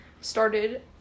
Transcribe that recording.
started